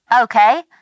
Okay